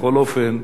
בכל אופן,